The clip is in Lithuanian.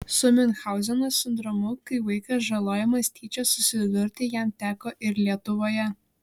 su miunchauzeno sindromu kai vaikas žalojamas tyčia susidurti jam teko ir lietuvoje